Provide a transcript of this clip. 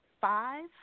five